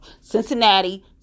Cincinnati